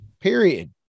period